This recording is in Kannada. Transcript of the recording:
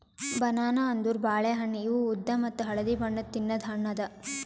ಬನಾನಾ ಅಂದುರ್ ಬಾಳೆ ಹಣ್ಣ ಇವು ಉದ್ದ ಮತ್ತ ಹಳದಿ ಬಣ್ಣದ್ ತಿನ್ನದು ಹಣ್ಣು ಅದಾ